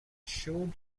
showed